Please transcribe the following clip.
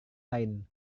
lain